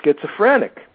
schizophrenic